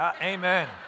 Amen